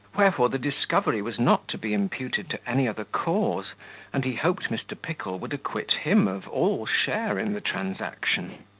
wherefore, the discovery was not to be imputed to any other cause and he hoped mr. pickle would acquit him of all share in the transaction.